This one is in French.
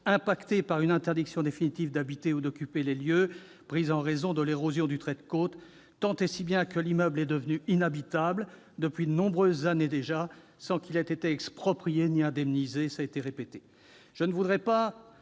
impactés par une interdiction définitive d'habiter ou d'occuper les lieux prise en raison de l'érosion du trait de côte, tant et si bien que l'immeuble est devenu inhabitable depuis de nombreuses années déjà, sans qu'ils aient été expropriés ni indemnisés,